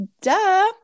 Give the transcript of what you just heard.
Duh